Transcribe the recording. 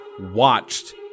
watched